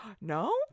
No